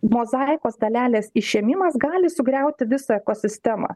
mozaikos dalelės išėmimas gali sugriauti visą ekosistemą